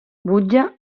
butlla